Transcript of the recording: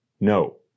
No